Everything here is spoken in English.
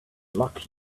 luck